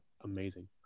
amazing